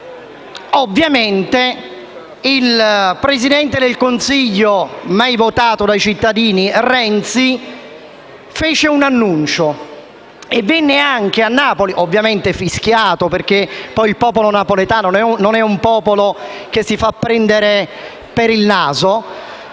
problema, il presidente del Consiglio, mai votato dai cittadini, Renzi fece un annuncio e venne anche a Napoli (ovviamente fischiato perché il popolo napoletano non si fa prendere per il naso)